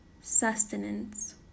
sustenance